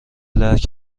درک